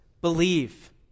believe